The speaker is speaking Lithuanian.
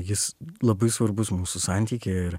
jis labai svarbus mūsų santykyje ir